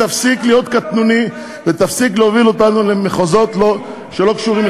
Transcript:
תפסיק להיות קטנוני ותפסיק להוביל אותנו למחוזות לא קשורים.